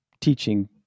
teaching